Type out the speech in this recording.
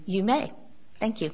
you may thank you